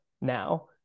now